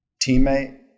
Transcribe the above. teammate